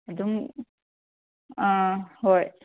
ꯑꯗꯨꯝ ꯑꯥ ꯍꯣꯏ